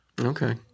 Okay